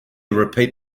repeat